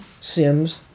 Sims